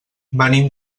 venim